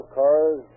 cars